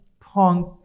punk